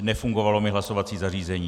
Nefungovalo mi hlasovací zařízení.